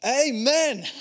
Amen